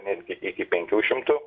netgi iki penkių šimtų